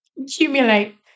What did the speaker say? accumulate